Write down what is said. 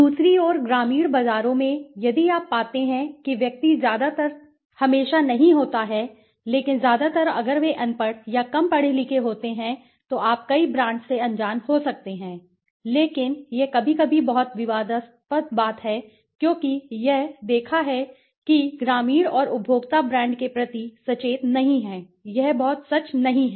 दूसरी ओर ग्रामीण बाजारों में यदि आप पाते हैं कि व्यक्ति ज्यादातर हमेशा नहीं होता है लेकिन ज्यादातर अगर वे अनपढ़ या कम पढ़े लिखे होते हैं तो आप कई ब्रांड्स से अनजान हो सकते हैं लेकिन यह कभी कभी बहुत विवादास्पद बात है क्योंकि यह यह देखा कि ग्रामीण और उपभोक्ता ब्रांड के प्रति सचेत नहीं हैं यह बहुत सच नहीं है